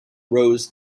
rows